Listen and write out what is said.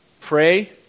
Pray